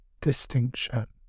distinction